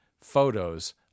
photos